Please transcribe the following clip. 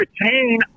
retain